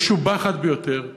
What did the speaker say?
המשובחת ביותר.